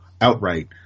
outright